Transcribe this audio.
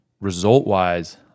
result-wise